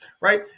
right